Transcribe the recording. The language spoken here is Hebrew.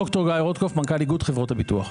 ד"ר גיא רוטקופף, מנכ"ל איגוד חברות הביטוח.